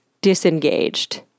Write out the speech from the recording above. disengaged